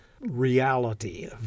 reality